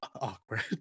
awkward